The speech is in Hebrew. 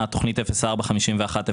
תכנית 045101